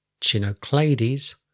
Chinoclades